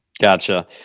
Gotcha